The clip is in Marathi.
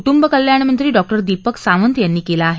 बि कल्याणमंत्री डॉ दीपक सावंत यांनी केलं आहे